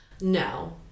No